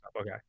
Okay